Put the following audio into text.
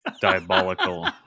diabolical